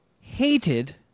hated